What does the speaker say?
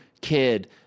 kid